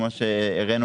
כמו שהראינו,